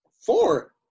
Four